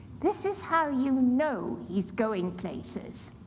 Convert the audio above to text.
this is how you know he's going places.